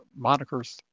monikers